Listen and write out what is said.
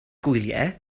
gwyliau